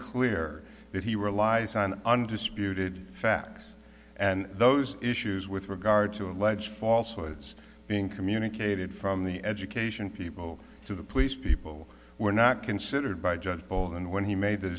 clear that he relies on undisputed facts and those issues with regard to allege false what is being communicated from the education people to the police people were not considered by judge paul and when he made th